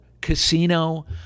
Casino